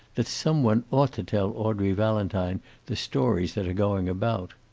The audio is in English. that some one ought to tell audrey valentine the stories that are going about.